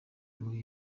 muri